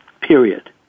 period